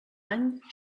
any